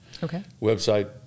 website